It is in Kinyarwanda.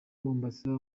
mombasa